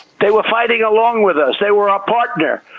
they were fighting along with us. they were our partner.